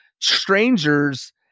strangers